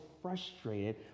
frustrated